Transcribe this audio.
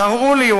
תראו לי,